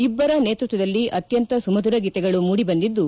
ಇಬ್ಬರ ನೇತೃತ್ವದಲ್ಲಿ ಅತ್ಯಂತ ಸುಮಧುರ ಗೀತೆಗಳು ಮೂಡಿಬಂದಿದ್ದು